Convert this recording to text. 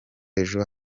ejo